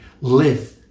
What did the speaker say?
live